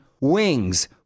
wings